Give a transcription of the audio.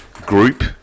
Group